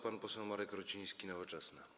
Pan poseł Marek Ruciński, Nowoczesna.